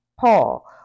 Paul